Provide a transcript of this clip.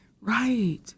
Right